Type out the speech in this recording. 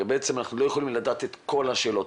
הרי בעצם אנחנו לא יכולים לדעת את כל השאלות,